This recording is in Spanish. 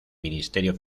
ministerio